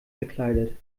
verkleidet